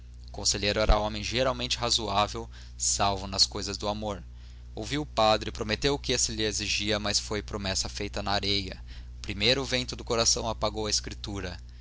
conselheiro era homem geralmente razoável salvo nas coisas do amor ouviu o padre prometeu o que este lhe exigia mas foi promessa feita na areia o primeiro vento do coração apagou a escritura